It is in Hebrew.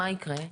מה יקרה?